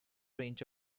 range